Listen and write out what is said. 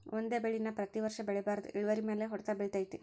ಒಂದೇ ಬೆಳೆ ನಾ ಪ್ರತಿ ವರ್ಷ ಬೆಳಿಬಾರ್ದ ಇಳುವರಿಮ್ಯಾಲ ಹೊಡ್ತ ಬಿಳತೈತಿ